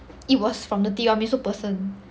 it was from the tiramisu person